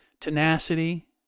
tenacity